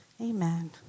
amen